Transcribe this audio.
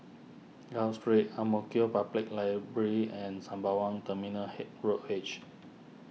Gul Street Ang Mo Kio Public Library and Sembawang Terminal he Road H